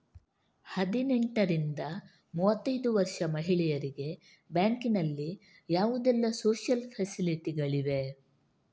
ಹದಿನೆಂಟರಿಂದ ಮೂವತ್ತೈದು ವರ್ಷ ಮಹಿಳೆಯರಿಗೆ ಬ್ಯಾಂಕಿನಲ್ಲಿ ಯಾವುದೆಲ್ಲ ಸೋಶಿಯಲ್ ಫೆಸಿಲಿಟಿ ಗಳಿವೆ?